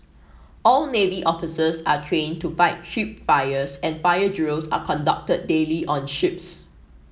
all navy officers are trained to fight ship fires and fire drills are conducted daily on ships